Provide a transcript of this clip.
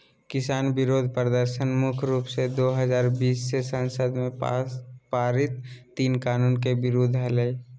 किसान विरोध प्रदर्शन मुख्य रूप से दो हजार बीस मे संसद में पारित तीन कानून के विरुद्ध हलई